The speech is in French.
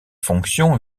fonctions